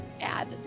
add